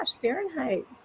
Fahrenheit